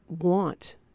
want